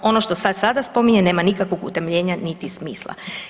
Ono što sad sada spominje nema nikakvog utemeljenja niti smisla.